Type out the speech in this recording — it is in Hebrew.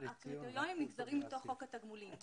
הקריטריונים נגזרים מתוך חוק התגמולים.